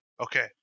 Okay